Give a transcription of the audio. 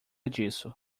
disso